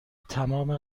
تمام